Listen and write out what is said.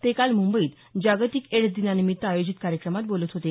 ते काल मुंबईत जागतिक एड्स दिनानिमित्त आयोजित कार्यक्रमात बोलत होते